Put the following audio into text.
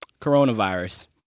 coronavirus